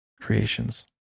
creations